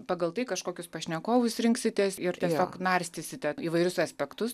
pagal tai kažkokius pašnekovus rinksitės tiesiog narstysite įvairius aspektus